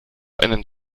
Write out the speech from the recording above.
einem